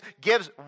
gives